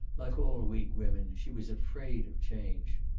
like all weak women, she was afraid of change.